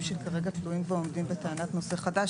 שכרגע תלויים ועומדים בטענת נושא חדש,